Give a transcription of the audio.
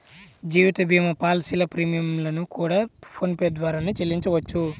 జీవిత భీమా పాలసీల ప్రీమియం లను కూడా ఫోన్ పే ద్వారానే చెల్లించవచ్చు